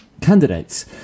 candidates